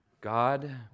God